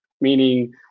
meaning